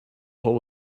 hold